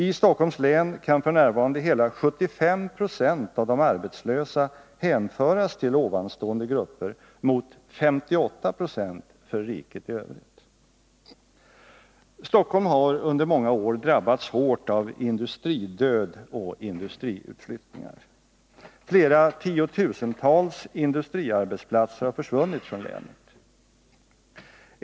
I Stockholms län kan f. n. hela 75 96 av de arbetslösa hänföras till nämnda grupper mot 58 96 för riket i övrigt. Stockholm har under många år drabbats hårt av industridöd och industriutflyttningar. Flera tiotusental industriarbetsplatser har försvunnit från länet.